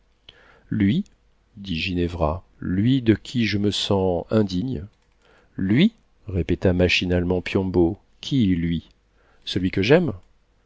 lui dit ginevra lui de qui je me sens indigne lui répéta machinalement piombo qui lui celui que j'aime